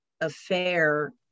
affair